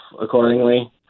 accordingly